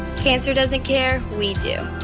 cancer doesn't care we do.